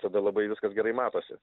tada labai viskas gerai matosi